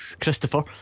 Christopher